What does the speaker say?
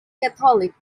catholic